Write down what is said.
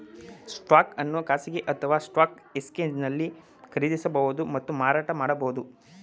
stock ಅನ್ನು ಖಾಸಗಿ ಅಥವಾ ಸ್ಟಾಕ್ ಎಕ್ಸ್ಚೇಂಜ್ನಲ್ಲಿ ಖರೀದಿಸಬಹುದು ಮತ್ತು ಮಾರಾಟ ಮಾಡಬಹುದು